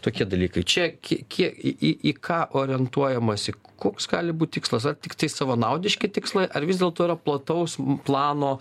tokie dalykai čia kie kiek į į į ką orientuojamasi koks gali būt tikslas ar tiktai savanaudiški tikslai ar vis dėlto yra plataus plano